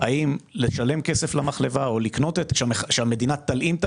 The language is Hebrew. האם לשלם כסף למחלבה או לקנות או שהמדינה תלאים.